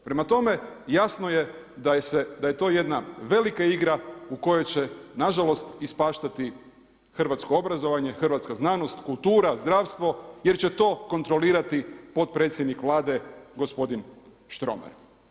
Prema tome, jasno je da je to jedna velika igra u kojoj će nažalost ispaštati hrvatsko obrazovanje, hrvatska znanost, kultura, zdravstvo, jer će to kontrolirati potpredsjednik Vlade gospodin Štromar.